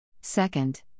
Second